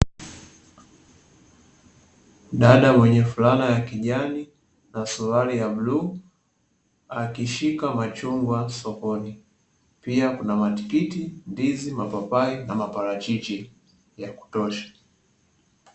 Dada mwenye fulana ya kijani na suruali ya bluu akishika machungwa sokoni;; pia kuna matikiti, ndizi, mapapai na maparachichi ya kutosha.